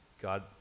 God